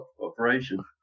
operation